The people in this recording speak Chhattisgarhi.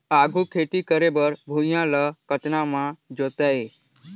आघु खेती करे बर भुइयां ल कतना म जोतेयं?